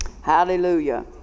Hallelujah